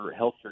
healthcare